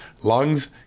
lungs